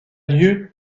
lieu